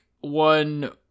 one